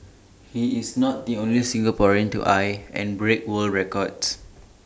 he is not the only Singaporean to eye and break world records